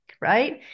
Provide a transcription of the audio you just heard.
right